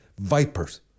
vipers